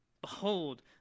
Behold